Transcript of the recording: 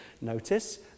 notice